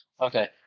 Okay